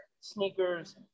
sneakers